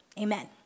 Amen